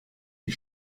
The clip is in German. die